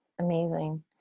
Amazing